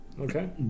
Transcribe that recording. Okay